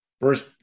First